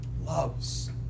loves